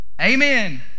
Amen